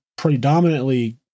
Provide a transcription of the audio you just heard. predominantly